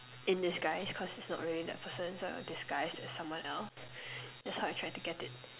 in disguise cause it's not really that person so disguised as someone else that's how I tried to get it